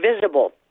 visible